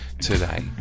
today